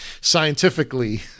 scientifically